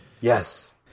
Yes